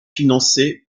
financé